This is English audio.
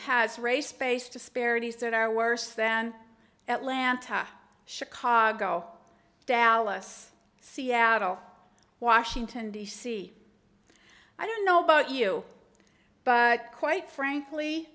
has race based disparities that are worse than atlanta chicago dallas seattle washington d c i don't know about you but quite frankly